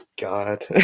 God